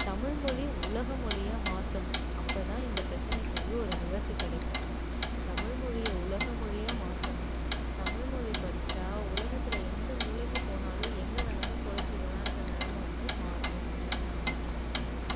தமிழ்மொழி உலகம் மொழியாக மாற்றணும் அப்போ தான் இந்த பிரச்சினைக்கு வந்து ஒரு நிவர்த்தி கிடைக்கும் தமிழ் மொழியை உலக மொழியாக மாற்றணும் தமிழ் மொழி படித்தா உலகத்தில் எந்த மூலைக்கு போனாலும் எங்கே வேண்ணாலும் பிழச்சிக்கலான்ற நிலைம வந்து மாறணும் அப்படின்னு நான் நினைக்கிறேன்